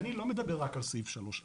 אני לא מדבר רק על סעיף 3(א),